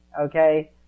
okay